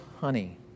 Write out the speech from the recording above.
honey